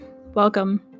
welcome